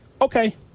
Okay